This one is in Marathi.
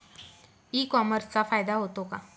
ई कॉमर्सचा फायदा होतो का?